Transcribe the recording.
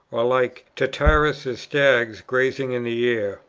or like tityrus's stags grazing in the air.